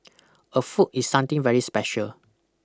a foot is something very special